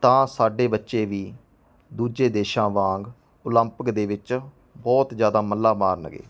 ਤਾਂ ਸਾਡੇ ਬੱਚੇ ਵੀ ਦੂਜੇ ਦੇਸ਼ਾਂ ਵਾਂਗ ਓਲੰਪਿਕ ਦੇ ਵਿੱਚ ਬਹੁਤ ਜ਼ਿਆਦਾ ਮੱਲਾਂ ਮਾਰਨਗੇ